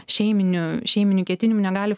šeiminių šeiminių ketinimų negali